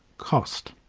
cost.